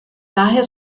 daher